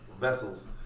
vessels